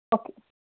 okay